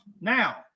Now